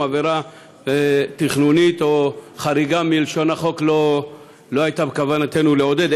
עבירה תכנונית או חריגה מלשון החוק לא היה בכוונתנו לעודד.